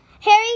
Harry